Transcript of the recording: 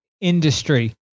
industry